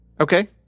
Okay